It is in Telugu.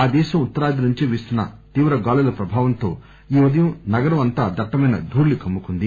ఆ దేశం ఉత్తరాది నుంచి వీస్తున్న తీవ్ర గాలుల ప్రభావంతో ఈ ఉదయం నగరం అంతా దట్టమైన ధూళి కమ్ముకుంది